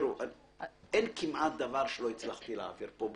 תיראו, אין כמעט דבר שלא הצלחתי להעביר פה.